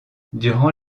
durant